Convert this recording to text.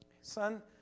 Son